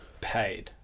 paid